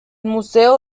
museo